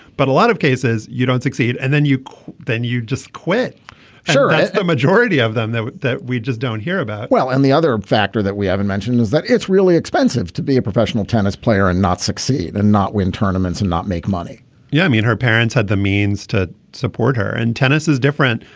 but a lot of cases you don't succeed and then you then you just quit sure the majority of them that we just don't hear about well and the other factor that we haven't mentioned is that it's really expensive to be a professional tennis player and not succeed and not win tournaments and not make money yeah i mean her parents had the means to support her. and tennis is different.